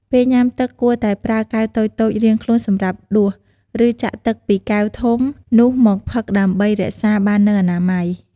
ពេលញ៊ាំទឹកគួរតែប្រើកែវតូចៗរៀងខ្លួនសម្រាប់ដួស ឬចាក់ទឹកពីកែវធំនោះមកផឹកដើម្បីរក្សាបាននូវអនាម័យ។